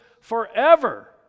forever